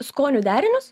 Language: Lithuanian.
skonių derinius